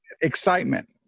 Excitement